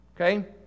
Okay